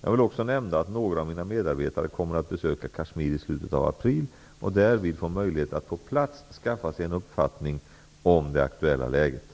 Jag vill också nämna att några av mina medarbetare kommer att besöka Kashmir i slutet av april och därvid får möjlighet att på plats skaffa sig en uppfattning om det aktuella läget.